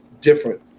different